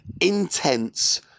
intense